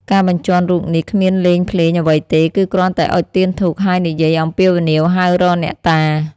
ការបញ្ជាន់រូបនេះគ្មានលេងភ្លាងអ្វីទេ គឺគ្រាន់តែអុជទៀនធូប ហើយនិយាយអំពាវនាវហៅរកអ្នកតា ។